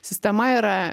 sistema yra